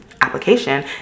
application